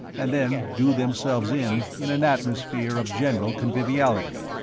and then do themselves in in an atmosphere of general conviviality.